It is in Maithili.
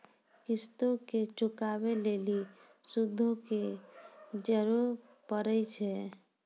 किश्तो के चुकाबै लेली सूदो के जोड़े परै छै